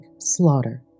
Slaughter